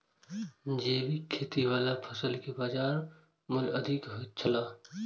जैविक खेती वाला फसल के बाजार मूल्य अधिक होयत छला